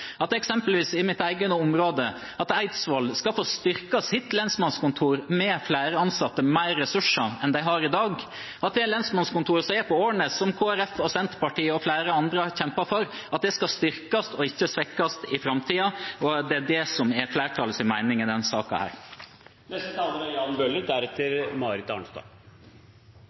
at Eidsvoll i mitt eget område skal få styrket sitt lensmannskontor med flere ansatte og mer ressurser enn de har i dag, og at det lensmannskontoret som er på Årnes, som Kristelig Folkeparti og Senterpartiet og flere andre har kjempet for, skal styrkes og ikke svekkes i framtiden. Det er det som er flertallets mening i denne saken. Når det gjelder styrking av det lokale politiet, er